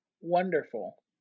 wonderful